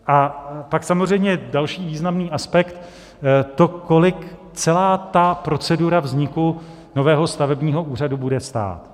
A pak samozřejmě další významný aspekt je to, kolik celá procedura vzniku nového stavebního úřadu bude stát.